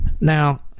Now